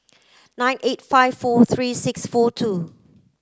nine eight five four three six four two